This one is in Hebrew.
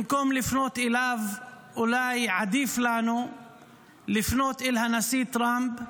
במקום לפנות אליו אולי עדיף לנו לפנות אל הנשיא טראמפ,